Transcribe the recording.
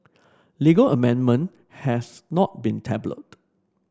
legal amendment has not been tabled